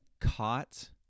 caught